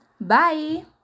Bye